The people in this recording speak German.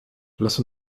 lass